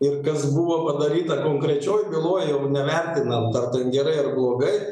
ir kas buvo padaryta konkrečioj byloj jau nevertinant ar ten gerai ar blogai